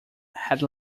had